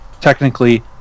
technically